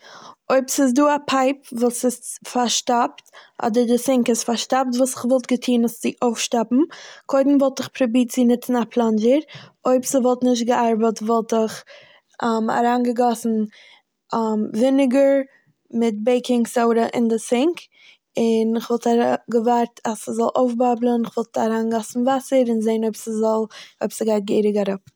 אויב ס'דא א פייפ וואס איז פארשטאפט אדער א סינק איז פארשטאפט וואס איך וואלט געטוהן עס צו אויפשטאפן. קודם וואלט איך פרובירט צו נוצן א פלונדזשער, אויב ס'וואלט נישט געארבעט וואלט איך אריינגעגאסן וויניגער מיט בעיקינג סאודע אין די סינק, און איך וואלט אריי- געווארט אז ס'זאל אויפבאבלען, איך וואלט אריינגעגאסן וואסער און געזעהן אויב ס'גייט געהעריג אראפ.